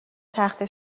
تخته